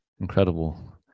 Incredible